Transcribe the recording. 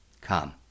Come